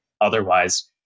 otherwise